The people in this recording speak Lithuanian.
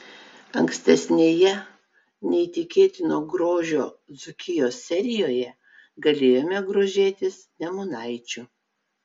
ankstesnėje neįtikėtino grožio dzūkijos serijoje galėjome grožėtis nemunaičiu